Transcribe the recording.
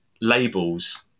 labels